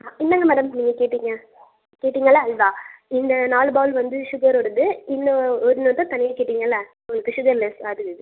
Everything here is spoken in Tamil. இந்தாங்க மேடம் நீங்கள் கேட்டீங்க கேட்டீங்கல்ல அல்வா இந்த நாலு பவுல் வந்து ஷுகரோடது இன்னு ஒன்று தான் தனியாக கேட்டிங்கல்ல உங்களுக்கு ஷுகர் லெஸ் அது இது